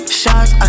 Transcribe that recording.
shots